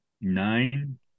nine